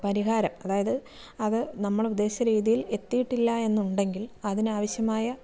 പരിഹാരം അതായത് അത് നമ്മൾ ഉദ്ദേശിച്ച രീതിയിൽ എത്തിയിട്ടില്ല എന്നുണ്ടെങ്കിൽ അതിനാവശ്യമായ